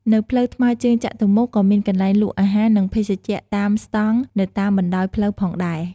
នៅផ្លូវថ្មើរជើងចតុមុខក៏មានកន្លែងលក់អាហារ និងភេសជ្ជៈតាមស្តង់នៅតាមបណ្ដោយផ្លូវផងដែរ។